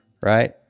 Right